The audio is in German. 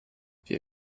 wir